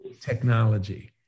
technology